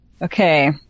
Okay